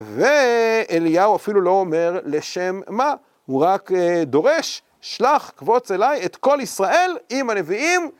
ואליהו אפילו לא אומר לשם מה, הוא רק דורש, שלח, קבוץ אליי את כל ישראל עם הנביאים.